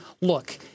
look